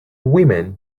women